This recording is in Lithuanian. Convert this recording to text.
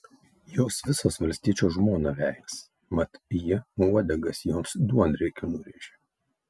jos visos valstiečio žmoną vejas mat ji uodegas joms duonriekiu nurėžė